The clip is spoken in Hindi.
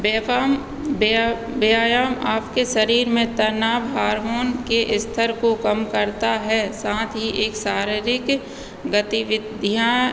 व्यायाम आपके शरीर में तनाव हारमोन के स्तर को कम करता है साथ ही एक शारीरिक गतिविधियाँ